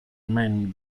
main